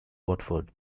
watford